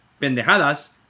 pendejadas